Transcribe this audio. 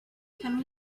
can